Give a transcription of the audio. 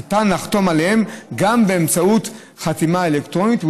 ניתן לחתום עליהם גם באמצעות חתימה אלקטרונית,